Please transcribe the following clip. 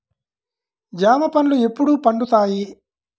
జామ పండ్లు ఎప్పుడు పండుతాయి?